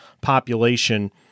population